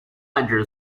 泛指